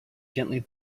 gently